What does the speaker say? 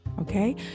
Okay